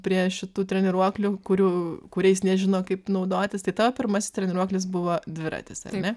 prie šitų treniruoklių kurių kuriais nežino kaip naudotis tai tavo pirmasis treniruoklis buvo dviratis ar ne